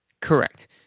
correct